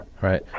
Right